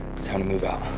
it's time to move out